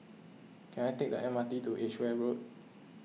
can I take the M R T to Edgeware Road